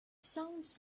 sounds